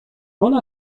ona